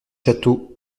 château